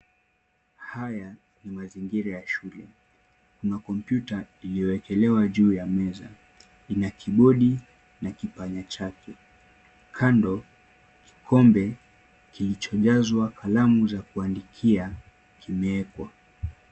Haya ni mazingira ya shule. Kuna computer iliyoekelewa juu ya meza. Ina kibodi, na kipande chake. Kando, kikombe, kilichojazwa alamu za kuandikia kimewekwa.